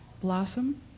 blossom